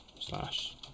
slash